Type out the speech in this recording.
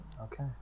okay